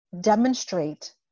demonstrate